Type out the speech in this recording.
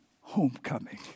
homecoming